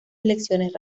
elecciones